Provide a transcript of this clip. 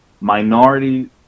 minority